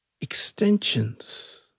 extensions